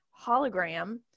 hologram